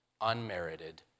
unmerited